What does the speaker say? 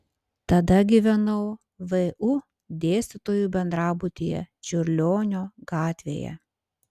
tada gyvenau vu dėstytojų bendrabutyje čiurlionio gatvėje